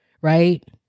right